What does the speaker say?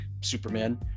Superman